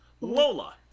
Lola